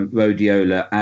rhodiola